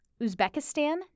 Uzbekistan